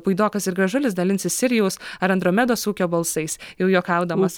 puidokas ir gražulis dalinsis sirijaus ar andromedos ūkio balsais jau juokaudamas